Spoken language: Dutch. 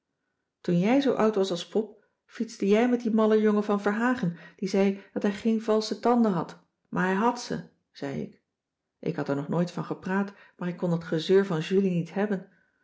toen jij zoo oud was als pop fietste jij met dien mallen jongen van verhagen die zei dat hij geen valsche tanden had maar hij had ze zei ik ik had er nog nooit van gepraat maar ik kon dat gezeur van julie niet hebben